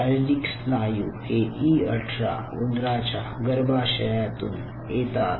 शारीरिक स्नायू हे ई18 उंदराच्या गर्भाशयातून येतात